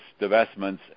divestments